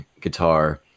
guitar